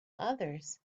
others